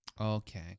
Okay